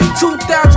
2000